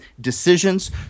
decisions